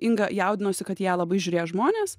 inga jaudinosi kad į ją labai žiūrės žmonės